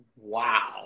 wow